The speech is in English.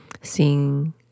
seeing